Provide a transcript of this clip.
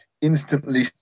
instantly